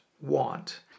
want